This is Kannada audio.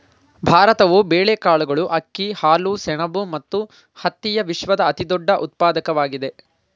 ಭಾರತವು ಬೇಳೆಕಾಳುಗಳು, ಅಕ್ಕಿ, ಹಾಲು, ಸೆಣಬು ಮತ್ತು ಹತ್ತಿಯ ವಿಶ್ವದ ಅತಿದೊಡ್ಡ ಉತ್ಪಾದಕವಾಗಿದೆ